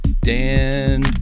Dan